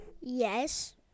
yes